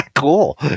Cool